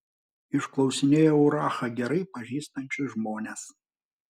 išklausinėjo urachą gerai pažįstančius žmones